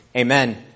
Amen